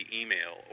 email